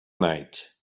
night